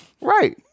Right